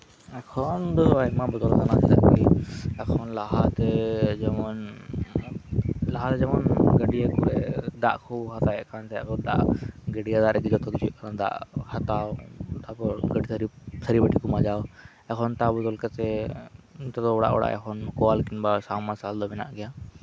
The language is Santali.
ᱮᱠᱷᱚᱱ ᱫᱚ ᱟᱭᱢᱟ ᱵᱚᱫᱚᱞ ᱟᱠᱟᱱᱟ ᱟᱨᱠᱤ ᱮᱠᱷᱚᱱ ᱞᱟᱦᱟᱛᱮ ᱡᱮᱢᱚᱱ ᱞᱟᱦᱟᱛᱮ ᱜᱟᱹᱰᱭᱟᱹ ᱠᱚᱨᱮ ᱫᱟᱜ ᱠᱚ ᱦᱟᱛᱟᱣᱮᱫ ᱛᱟᱦᱮᱸᱱᱟ ᱜᱟᱹᱰᱭᱟᱹ ᱨᱮᱜᱤ ᱡᱷᱚᱛᱚ ᱠᱤᱪᱷᱩᱭᱮᱫ ᱛᱟᱦᱮᱸᱱᱟ ᱫᱟᱜ ᱦᱟᱛᱟᱣ ᱛᱟᱨᱯᱚᱨᱮ ᱜᱟᱹᱰᱭᱟᱹ ᱨᱮᱜᱮ ᱛᱷᱟᱹᱨᱤ ᱵᱟᱴᱤ ᱢᱟᱡᱟᱣ ᱮᱠᱷᱚᱱ ᱚᱱᱟ ᱵᱚᱫᱚᱞ ᱠᱟᱛᱮ ᱚᱲᱟᱜᱼᱚᱲᱟᱜ ᱠᱚᱞ ᱠᱤᱝᱵᱟ ᱥᱟᱵᱢᱟᱨᱥᱮᱞ ᱫᱚ ᱢᱮᱱᱟᱜ ᱜᱮᱭᱟ